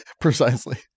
Precisely